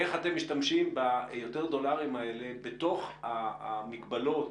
משתמשים ביותר דולרים האלה בתוך המגבלות